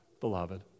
beloved